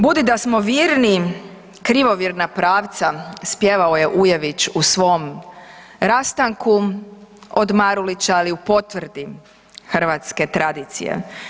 Budi da smo virniji krivovjerna pravca spjevao je Ujević u svom rastanku od Marulića ali i u potvrdi hrvatske tradicije.